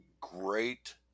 great